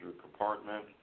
compartment